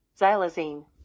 Xylazine